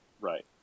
Right